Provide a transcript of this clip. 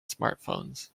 smartphones